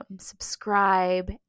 subscribe